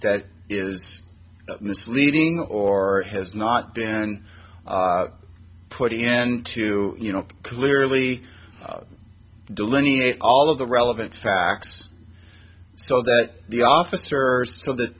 that is misleading or has not been and put a end to you know clearly delineate all of the relevant facts so that the officer so that